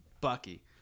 bucky